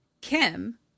Kim